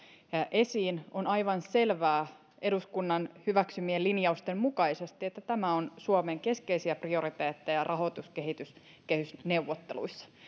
esiin on aivan selvää eduskunnan hyväksymien linjausten mukaisesti että tämä on suomen keskeisiä prioriteetteja rahoituskehysneuvotteluissa